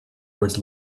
words